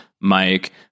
Mike